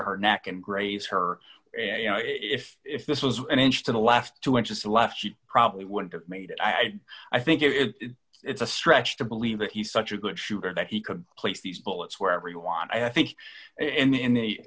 her neck and graze her you know if if this was an inch to the last two inches left she probably wouldn't have made it i i think if it's a stretch to believe that he's such a good shooter that he could place these bullets wherever you want i think and in the